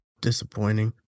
disappointing